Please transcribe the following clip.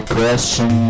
question